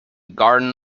garden